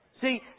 See